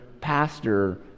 pastor